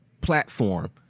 platform